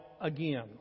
again